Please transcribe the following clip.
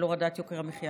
על הורדת יוקר המחיה.